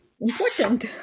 Important